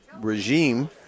regime